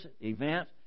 event